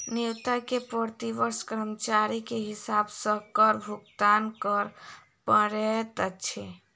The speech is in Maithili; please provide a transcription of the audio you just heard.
नियोक्ता के प्रति वर्ष कर्मचारी के हिसाब सॅ कर भुगतान कर पड़ैत अछि